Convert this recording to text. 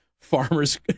farmers